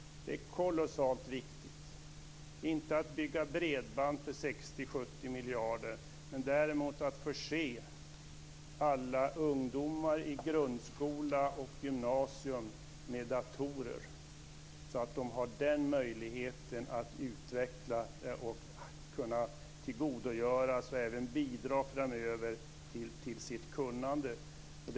Det är kolossalt viktigt, inte att bygga bredband för 60 och 70 miljarder men däremot att förse alla ungdomar i grundskola och gymnasium med datorer, så att de har den möjligheten att utveckla sig, tillgodogöra sig och även bidra till sitt kunnande framöver.